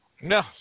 No